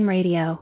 Radio